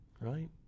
right